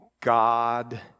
God